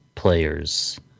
players